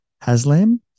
Haslam